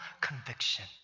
conviction